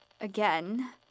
again